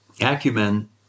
acumen